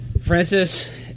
Francis